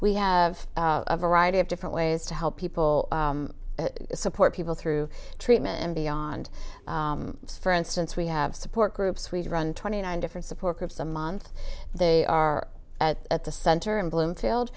we have a variety of different ways to help people support people through treatment and beyond for instance we have support groups we run twenty nine different support groups a month they are at the center in bloomfield